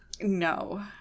No